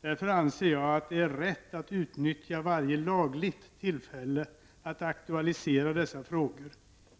Därför anser jag att det är rätt att utnyttja varje lagligt tillfälle att aktualisera dessa frågor